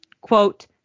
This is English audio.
quote